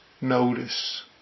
notice